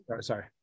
Sorry